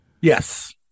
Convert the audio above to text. Yes